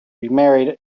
remarried